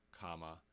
comma